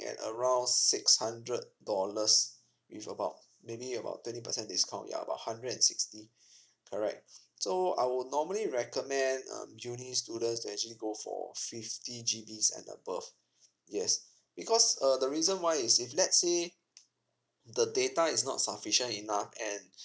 at around six hundred dollars with about maybe about twenty percent discount ya about hundred and sixty correct so I will normally recommend um uni~ students to actually go for fifty G_B's and above yes because uh the reason why is if let's say the data is not sufficient enough and